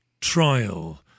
trial